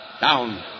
Down